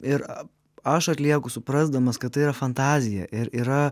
ir aš atlieku suprasdamas kad tai yra fantazija ir yra